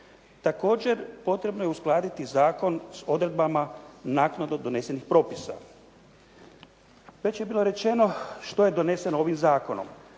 Također, potrebno je uskladiti zakon sa odredbama naknadno donesenih propisa. Već je bilo rečeno što je doneseno ovim zakonom.